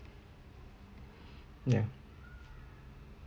ya